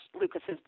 Lucas's